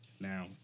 Now